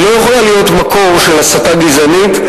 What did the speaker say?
היא לא יכולה להיות מקור של הסתה גזענית,